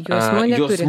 juosmuo neturi